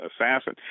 Assassin